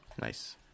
Nice